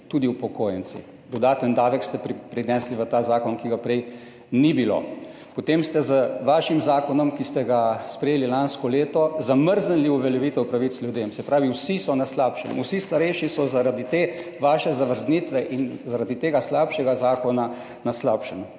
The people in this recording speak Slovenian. tudi upokojenci. Dodaten davek, ki ga prej ni bilo, ste prinesli v ta zakon. Potem ste z vašim zakonom, ki ste ga sprejeli lansko leto, zamrznili uveljavitev pravic ljudem, se pravi, vsi so na slabšem, vsi starejši so zaradi te vaše zamrznitve in zaradi tega slabšega zakona na slabšem.